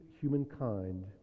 humankind